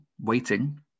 waiting